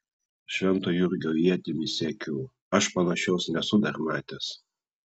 švento jurgio ietimi siekiu aš panašios nesu dar matęs